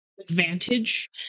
advantage